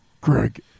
Greg